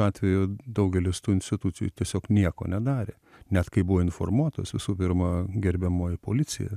atveju daugelis tų institucijų tiesiog nieko nedarė net kai buvo informuotos visų pirma gerbiamoji policija